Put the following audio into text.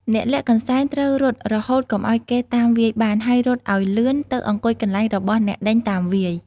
អ្នកលាក់កន្សែង ត្រូវរត់រហូតកុំឲ្យគេតាមវាយបាន ហើយរត់ឲ្យលឿនទៅអង្គុយកន្លែងរបស់អ្នកដេញតាមវាយ។